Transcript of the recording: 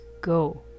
go